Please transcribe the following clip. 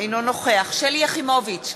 אינו נוכח שלי יחימוביץ,